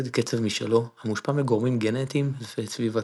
קצב משלו המושפע מגורמים גנטיים וסביבתיים.